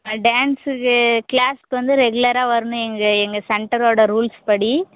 டான்ஸுக்கு கிளாஸுக்கு வந்து ரெகுலராக வரணும் எங்கள் எங்கள் சென்டரோட ரூல்ஸ் படி